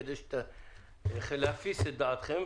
קודם כול כדי להפיס את דעתכם,